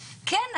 כן,